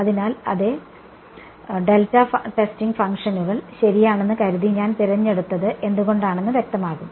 അതിനാൽ അതെ delta testing ഫംഗ്ഷനുകൾ ശരിയാണെന്ന് കരുതി ഞാൻ തിരഞ്ഞെടുത്തത് എന്തുകൊണ്ടാണെന്ന് വ്യക്തമാകും